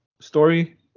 story